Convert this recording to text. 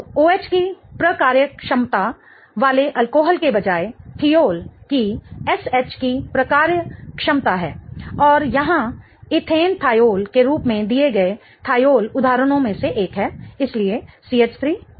तो OH की प्रकार्यक्षमता वाले अल्कोहल के बजाय थियोल की SH की प्रकार्यक्षमता है और यहां ईथेनेथिओल के रूप में दिए गए थियोल उदाहरणों में से एक है इसलिए CH3CH2SH सही